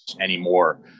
anymore